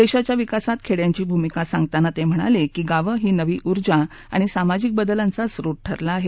देशाच्या विकासात खेड्यांची भूमिका सांगताना ते म्हणाले की गावं हा नवी उर्जा आणि सामाजिक बदलांचा स्रोत ठरला आहे